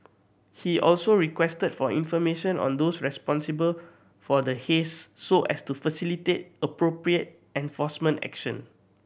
he also requested for information on those responsible for the haze so as to facilitate appropriate enforcement action